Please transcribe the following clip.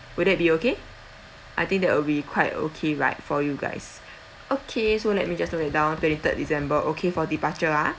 would that be okay I think that will be quite okay right for you guys okay so let me just note it down twenty-third december okay for departure ah